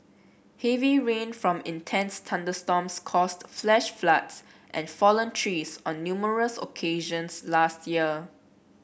heavy rain from intense thunderstorms caused flash floods and fallen trees on numerous occasions last year